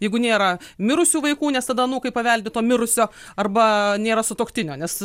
jeigu nėra mirusių vaikų nes tada anūkai paveldi to mirusio arba nėra sutuoktinio nes